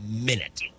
minute